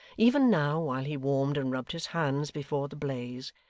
even now, while he warmed and rubbed his hands before the blaze,